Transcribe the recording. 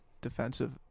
defensive